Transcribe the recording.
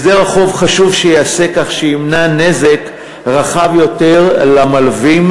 הסדר החוב חשוב שייעשה כך שימנע נזק רחב יותר למלווים,